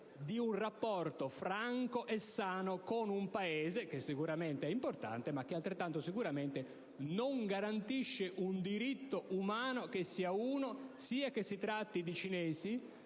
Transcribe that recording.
di un rapporto franco e sano con un Paese, che è sicuramente importante, ma che altrettanto sicuramente non garantisce un diritto umano che sia uno, anche se si tratta di cinesi: